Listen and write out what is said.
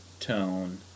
tone